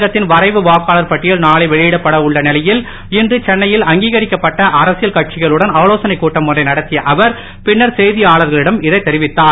தமிழகத்தின் வரைவு வாக்காளர் பட்டியல் நாளை வெளியிடப்பட உள்ள நிலையில் இன்று சென்னையில் அங்கீகரிக்கப்பட்ட அரசியல் கட்சிகளுடன் ஆலோசனைக் கூட்டம் ஒன்றை நடத்திய அவர் பின்னர் செய்தியாளரிடம் இதை தெரிவித்தார்